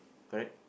correct